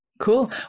Cool